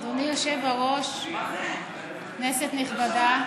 אדוני היושב-ראש, כנסת נכבדה,